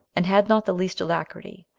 and had not the least alacrity,